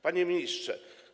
Panie Ministrze!